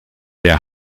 der